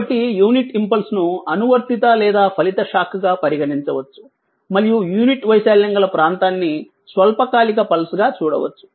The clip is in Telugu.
కాబట్టి యూనిట్ ఇంపల్స్ను అనువర్తిత లేదా ఫలిత షాక్గా పరిగణించవచ్చు మరియు యూనిట్ వైశాల్యం గల ప్రాంతాన్ని స్వల్పకాలిక పల్స్గా చూడవచ్చు